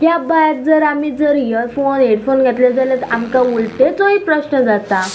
त्या भायर जर आमी जर इयरफोन हेडफोन घेतले जाल्यार आमकां उलटेचोय प्रश्न जाता